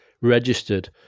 registered